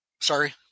sorry